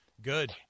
Good